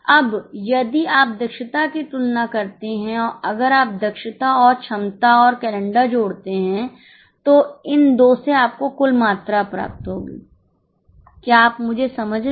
अब यदि आप दक्षता की तुलना करते हैं अगर आप दक्षता और क्षमता और कैलेंडर जोड़ते हैं तो इन 2 से आपको कुल मात्रा होगी क्या आप मुझे समझ रहे हैं